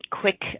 quick